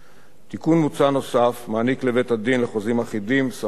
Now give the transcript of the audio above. תיקון מוצע נוסף מעניק לבית-הדין לחוזים אחידים סמכות להפעיל